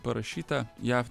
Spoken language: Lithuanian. parašyta jav